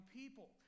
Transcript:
people